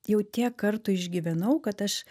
jau tiek kartų išgyvenau kad aš